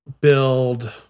build